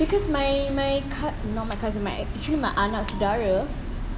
because my my co~ not my cousin he's my anak saudara